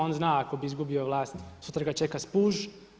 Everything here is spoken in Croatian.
On zna ako bi izgubio vlast sutra ga čeka spuž.